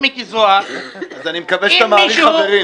חבר הכנסת מיקי זוהר -- אז אני מקווה שאתה מעריך חברים.